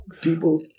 people